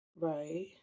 Right